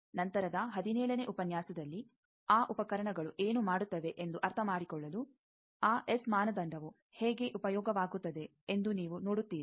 ನಂತರದ 17 ನೇ ಉಪನ್ಯಾಸದಲ್ಲಿ ಆ ಉಪಕರಣಗಳು ಏನು ಮಾಡುತ್ತವೆ ಎಂದು ಅರ್ಥಮಾಡಿಕೊಳ್ಳಲು ಆ ಎಸ್ ಮಾನದಂಡವು ಹೇಗೆ ಉಪಯೋಗವಾಗುತ್ತದೆ ಎಂದು ನೀವು ನೋಡುತ್ತೀರಿ